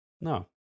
No